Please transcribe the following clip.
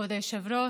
כבוד היושב-ראש,